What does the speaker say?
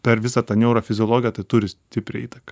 per visą tą neurofiziologiją tai turi stiprią įtaką